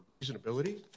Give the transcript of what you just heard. reasonability